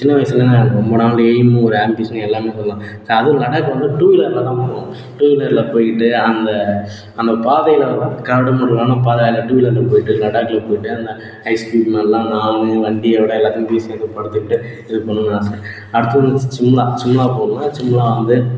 சின்ன வயசில் நான் ரொம்ப நாளாக எய்ம்மு ஒரு ஆம்பிஷன் எல்லாமே சொல்லெலாம் ஸோ அதுவும் லடாக் வந்து டூவீலரில் தான் போகணும் டூவீலரில் போயிட்டு அந்த பாதையிலலாம் கரடுமுரடான பாதை அங்கே டூவீலராலில் போயிட்டு லடாக்குலில் போயிட்டு அந்த ஐஸ் கியூப் மேலேயெல்லாம் நானு வண்டியோடய எல்லாத்தையும் படுத்திகிட்டு இருக்கணும்னு ஆசை அடுத்தது வந்து சிம்லா சிம்லாவுக்கு போகணும்னு சிம்லா வந்து